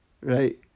right